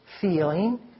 feeling